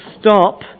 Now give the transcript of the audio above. stop